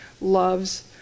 loves